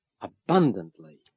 abundantly